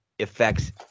Affects